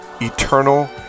eternal